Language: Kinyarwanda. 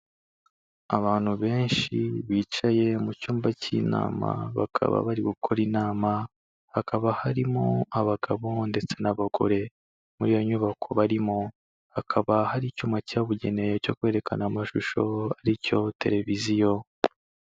Abantu benshi bicaye mu cyumba cy'inama, bakaba bari gukora inama, hakaba harimo abagabo ndetse n'abagore, muri iyo nyubako barimo, hakaba hari icyuma cyabugenewe cyo kwerekana amashusho aricyo tereviziyo.